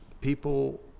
people